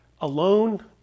alone